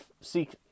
seek